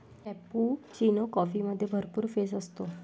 cappuccino कॉफीमध्ये भरपूर फेस असतो